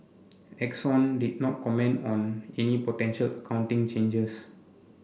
Exxon did not comment on any potential accounting changes